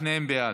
בעד, שניהם בעד.